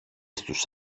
στους